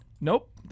Nope